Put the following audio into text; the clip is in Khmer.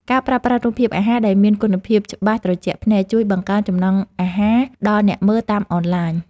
ការប្រើប្រាស់រូបភាពអាហារដែលមានគុណភាពច្បាស់ត្រជាក់ភ្នែក ជួយបង្កើនចំណង់អាហារដល់អ្នកមើលតាមអនឡាញ។